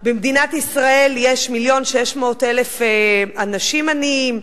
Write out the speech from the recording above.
במדינת ישראל יש מיליון ו-600,000 אנשים עניים,